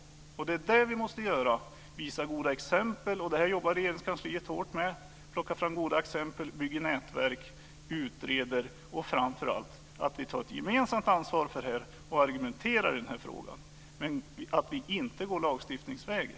Det vi måste göra är att visa goda exempel. Det jobbar Regeringskansliet hårt med. Man plockar fram goda exempel, bygger nätverk och utreder. Framför allt måste vi ta ett gemensamt ansvar och argumentera i den här frågan. Men vi ska inte gå lagstiftningsvägen.